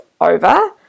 over